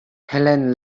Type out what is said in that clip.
helene